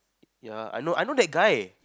yeah I know I know that guy